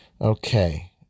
Okay